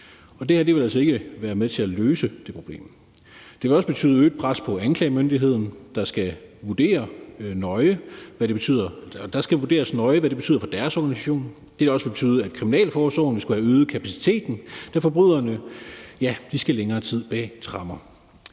Det her vil altså ikke være med til at løse det problem. Det kan også betyde øget pres på anklagemyndigheden. Det skal vurderes nøje, hvad det betyder for deres organisation. Det vil også betyde, at kriminalforsorgen vil skulle have øget kapaciteten, da forbryderne skal længere tid bag tremmer.